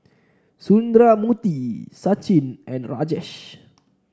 Sundramoorthy Sachin and Rajesh